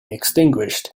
extinguished